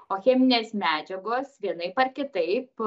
o cheminės medžiagos vienaip ar kitaip